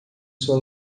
sua